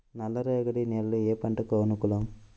నల్ల రేగడి నేలలు ఏ పంటకు అనుకూలం?